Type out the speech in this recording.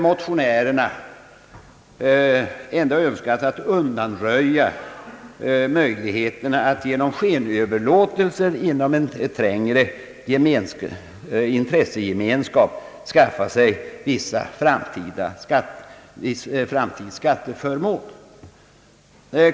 Motionärerna har dock som sagt önskat undanröja möjligheten att man genom skenöverlåtel ser inom en trängre intressegemenskap skaffar sig viss framtida skatteförmån.